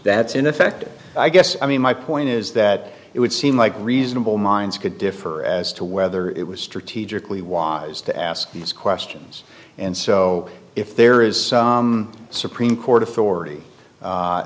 that's in effect i guess i mean my point is that it would seem like reasonable minds could differ as to whether it was strategically wise to ask these questions and so if there is some supreme court authority